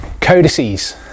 codices